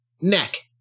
Neck